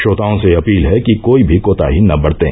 श्रोताओं से अपील है कि कोई भी कोताही न बरतें